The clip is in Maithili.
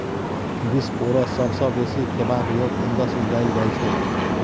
बिसपोरस सबसँ बेसी खेबाक योग्य फंगस उपजाएल जाइ छै